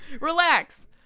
relax